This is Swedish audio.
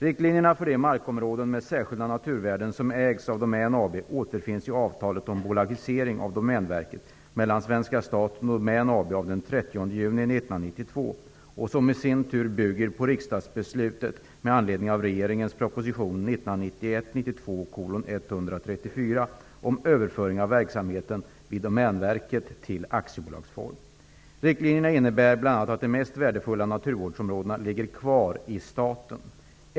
Riktlinjerna för de markområden med särskilda naturvärden som ägs av Domän AB återfinns i avtalet om bolagisering av Domänverket mellan svenska staten och Domän AB av den 30 juni 1992 och som i sin tur bygger på riksdagsbeslutet med anledning av regeringens proposition 1991/92:134 om överföring av verksamheten vid Domänverket till aktiebolagsform. Riktlinjerna innebär bl.a. att de mest värdefulla naturvårdsområdena ligger kvar i staten.